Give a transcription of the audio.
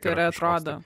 gerai atrodo